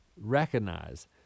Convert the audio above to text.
recognize